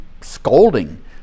scolding